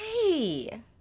hey